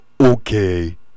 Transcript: Okay